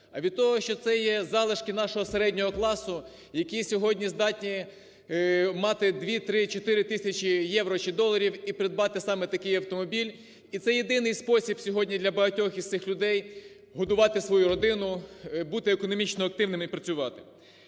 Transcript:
а від того, що це є залишки нашого середнього класу, який сьогодні здатний мати дві-три-чотири тисячі євро чи доларів і придбати саме такий автомобіль. І це єдиний спосіб сьогодні для багатьох з цих людей годувати свою родину, бути економічно активним і працювати.